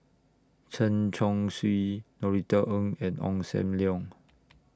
Chen Chong Swee Norothy Ng and Ong SAM Leong